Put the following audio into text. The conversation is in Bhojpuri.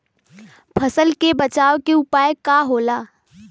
फसल के बचाव के उपाय का होला?